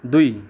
दुई